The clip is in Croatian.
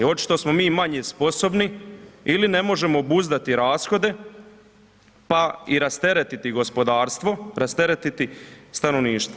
Očito smo mi manje sposobni ili ne možemo obuzdati rashode pa i rasteretiti gospodarstvo, rasteretiti stanovništvo.